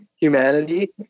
humanity